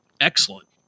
excellent